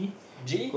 G